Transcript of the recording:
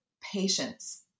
patience